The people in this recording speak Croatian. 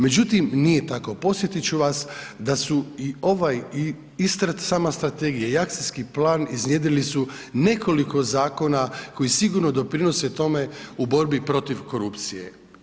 Međutim, nije tako posjetit ću vas da su i ovaj i sama strategija i akcijski plan iznjedrili su nekoliko zakona koji sigurno doprinose tome u borbi protiv korupcije.